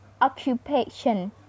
occupation